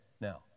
now